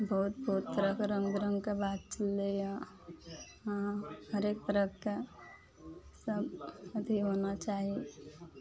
बहुत बहुत तरहके रङ्ग विरङ्गके बात खुललइए हँ हरेक तरहके सब अथी होना चाही